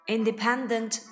Independent